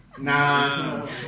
Nah